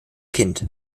kind